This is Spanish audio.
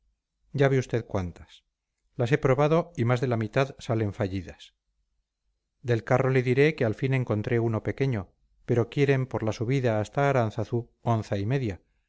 ya ve usted cuántas las he probado y más de la mitad salen fallidas del carro le diré que al fin encontré uno pequeño pero quieren por la subida hasta aránzazu onza y media